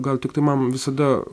gal tiktai man visada